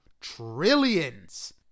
trillions